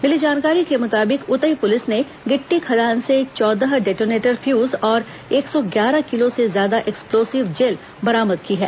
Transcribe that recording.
मिली जानकारी के मुताबिक उतई पुलिस ने गिट्टी खदान से चौदह डेटोनेटर फ्यूज और एक सौ ग्यारह किलो से ज्यादा एक्सप्लोजिव जेल बरामद की है